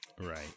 Right